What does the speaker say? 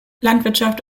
landwirtschaft